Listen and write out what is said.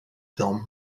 film